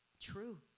true